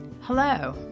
Hello